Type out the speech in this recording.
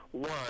One